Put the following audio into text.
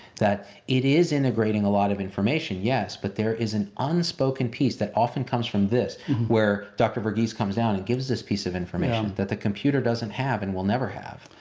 that it is integrating a lot of information, yes, but there is an unspoken piece that often comes from this where dr. verghese comes down and gives this piece of and information um that the computer doesn't have and will never have.